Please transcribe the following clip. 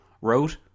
wrote